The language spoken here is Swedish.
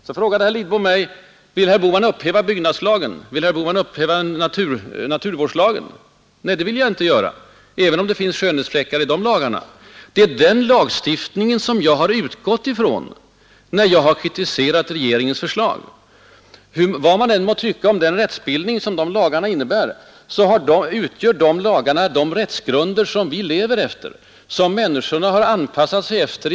Herr Lidbom frågade mig om jag ville upphäva byggnadslagen och naturvårdslagen. Nej, det vill jag inte, även om det finns skönhetsfläckar i dessa lagar. Det är dessa lagar jag har utgått ifrån, när jag har kritiserat regeringens förslag. Vad man än må tycka om den rättsbildning som dessa lagar innebär, utgör de rättsgrunder som vi lever efter, som människorna i det här samhället har anpassat sig efter.